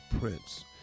Prince